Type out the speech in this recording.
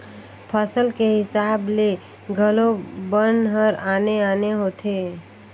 फसल के हिसाब ले घलो बन हर आने आने होथे